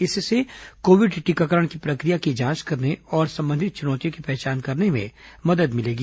इससे कोविड टीकाकरण की प्रक्रिया की जांच करने और संबंधित चुनौतियों की पहचान करने में मदद मिलेगी